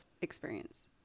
experience